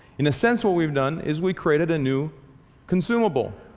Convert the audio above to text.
in a sense what we've done is we've created a new consumable.